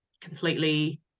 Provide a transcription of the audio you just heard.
completely